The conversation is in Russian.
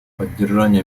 поддержание